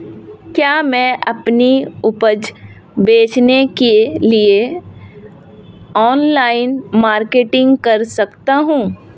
क्या मैं अपनी उपज बेचने के लिए ऑनलाइन मार्केटिंग कर सकता हूँ?